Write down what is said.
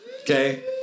Okay